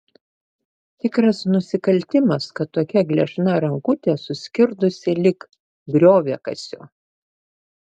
tikras nusikaltimas kad tokia gležna rankutė suskirdusi lyg grioviakasio